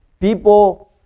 People